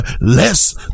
less